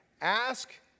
Ask